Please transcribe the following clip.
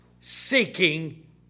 seeking